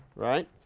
right?